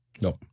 No